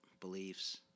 beliefs